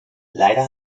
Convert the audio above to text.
leider